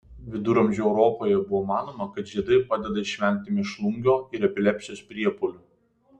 viduramžių europoje buvo manoma kad žiedai padeda išvengti mėšlungio ir epilepsijos priepuolių